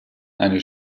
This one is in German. eine